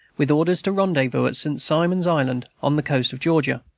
with orders to rendezvous at st. simon's island, on the coast of georgia.